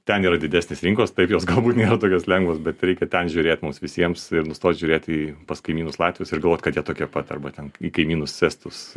ten yra didesnės rinkos taip jos galbūt nėra tokios lengvos bet reikia ten žiūrėt mums visiems ir nustot žiūrėt į pas kaimynus latvius ir galvot kad jie tokie pat arba ten į kaimynus estus